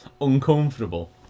uncomfortable